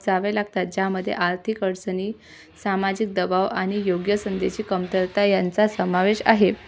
जावे लागतात ज्यामध्ये आर्थिक अडचणी सामाजिक दबाव आणि योग्य संधीची कमतरता यांचा समावेश आहे